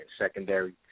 Secondary